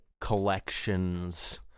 collections